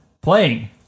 playing